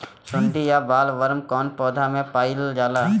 सुंडी या बॉलवर्म कौन पौधा में पाइल जाला?